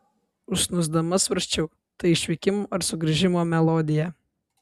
užsnūsdama svarsčiau tai išvykimo ar sugrįžimo melodija